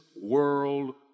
world